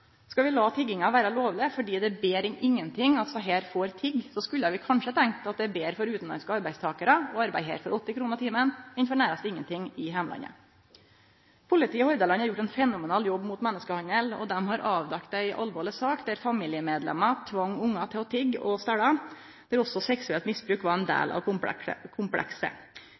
Skal vi la tigginga vere lovleg fordi det er betre enn ingenting at desse menneska får tigge, skulle vi kanskje tenkt at det er betre for utanlandske arbeidstakarar å arbeide her for 80 kr timen enn for nærast ingenting i heimlandet. Politiet i Hordaland har gjort ein fenomenal jobb mot menneskehandel, og dei har avdekt ei alvorleg sak der familiemedlemmer tvinga ungar til å tigge og stele, og der også seksuelt misbruk var ein del av